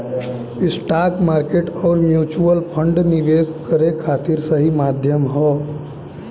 stock market आउर mutual fund निवेश करे खातिर सही माध्यम हौ